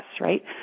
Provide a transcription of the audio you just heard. right